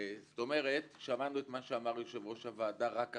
כלומר שמענו את מה שאמר יושב-ראש הוועדה רק עכשיו,